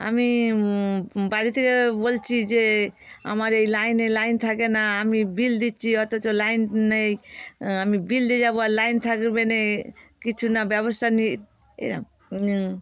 আমি বাড়ি থেকে বলছি যে আমার এই লাইনে লাইন থাকে না আমি বিল দিচ্ছি অথচ লাইন নেই আমি বিল দিয়ে যাবো আর লাইন থাকবে নে কিছু না ব্যবস্থা নেই এ